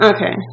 Okay